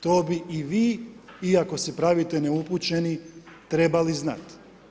To bi i vi, iako se pravite neupućeni, trebali znat'